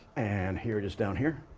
and here it is down here,